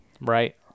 Right